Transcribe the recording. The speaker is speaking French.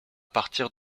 partir